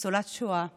ניצולת שואה ערירית,